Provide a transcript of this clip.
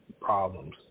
problems